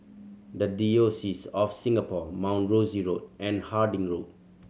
The Diocese of Singapore Mount Rosie Road and Harding Road